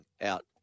out